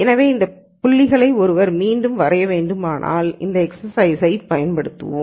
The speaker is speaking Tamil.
எனவே இந்த புள்ளிகளை ஒருவர் மீண்டும் வரைய வேண்டுமானால் இந்த எக்சர்சைஸ்சில் இதைப் பயன்படுத்துகிறோம்